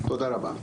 תודה רבה.